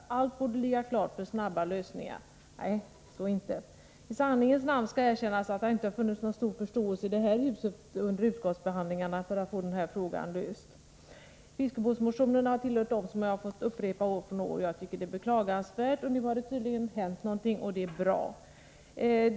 Allt borde ligga klart för snabba lösningar. Så inte! I sanningens namn skall erkännas att det inte funnits stor förståelse i det här huset under utskottsbehandlingarna för att få det här problemet löst. Fiskebåtsmotionen har tillhört de motioner jag fått upprepa år efter år. Jag tycker detta är beklagligt. Nu har det tydligen hänt någonting, och det är bra.